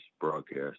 broadcast